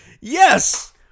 Yes